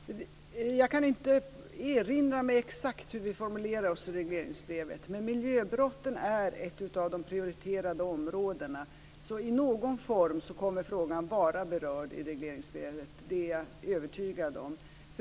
Fru talman! Jag kan inte erinra mig exakt hur vi formulerar oss i regleringsbrevet men miljöbrotten är ett av de prioriterade områdena, så i någon form kommer frågan att vara berörd i regleringsbrevet; det är jag övertygad om.